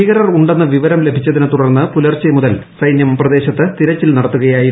ഭീകരർ ഉണ്ടെന്ന വിവരം ലഭിച്ചതിനെ തുടർന്ന് പുലർച്ചെ മുതൽ സൈന്യം പ്രദേശത്തു തിരച്ചിൽ നടത്തുകയായിരുന്നു